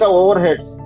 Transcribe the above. overheads